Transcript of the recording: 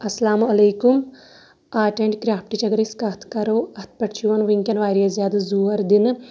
اَسلامُ علیکُم art and کرٛافٹٕچ اگر أسۍ کَتھ کَرو اَتھ پٮ۪ٹھ چھِ یِوان وٕنۍکٮ۪ن واریاہ زیادٕ زور دِنہٕ